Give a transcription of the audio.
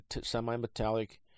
semi-metallic